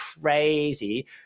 crazy